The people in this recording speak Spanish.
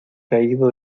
caído